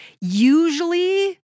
usually